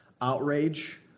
outrage